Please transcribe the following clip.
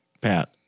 pat